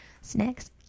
Snacks